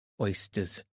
oysters